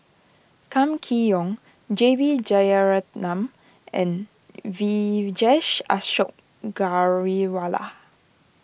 Kam Kee Yong J B Jeyaretnam and Vijesh Ashok Ghariwala